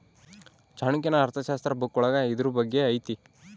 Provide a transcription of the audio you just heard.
ಚಾಣಕ್ಯನ ಅರ್ಥಶಾಸ್ತ್ರ ಬುಕ್ಕ ಒಳಗ ಇದ್ರೂ ಬಗ್ಗೆ ಐತಿ